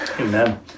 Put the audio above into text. Amen